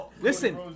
Listen